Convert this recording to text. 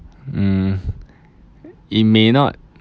mm it may not